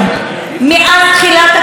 מאז תחילת הקדנציה,